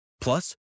Plus